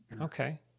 Okay